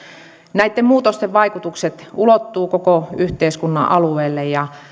näitten muutosten vaikutukset ulottuvat koko yhteiskunnan alueelle ja